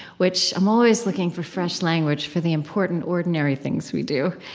which i'm always looking for fresh language for the important, ordinary things we do,